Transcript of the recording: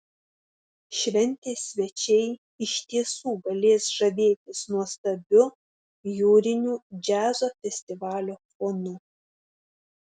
šventės svečiai iš tiesų galės žavėtis nuostabiu jūriniu džiazo festivalio fonu